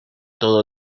todo